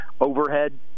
overhead